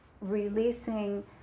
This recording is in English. releasing